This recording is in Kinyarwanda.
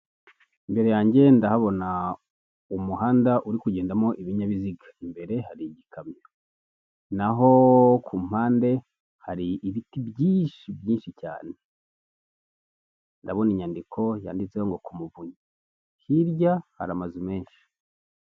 Imbere yange ndahabona umuhanda uri kugendamo ibinyabiziga, imbere hari igikamyo n'aho ku mpande hari ibiti byinshi byinshi cyane ndabona inyandiko yanditseho kumuvunyi, hirya hari amazu menshi.